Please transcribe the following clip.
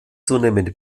zunehmende